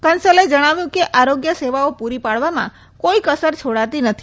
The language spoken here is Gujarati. કન્સલે જણાવ્યું કે આરોગ્ય સેવાઓ પુરી પાડવામાં કોઈ કસર છોડાતી નથી